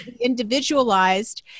individualized